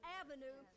avenue